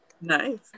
Nice